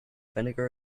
vinegar